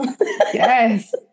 Yes